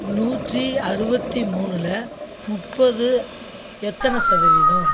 நூற்றி அறுபத்தி மூணுல முப்பது எத்தனை சதவீதம்